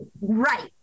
right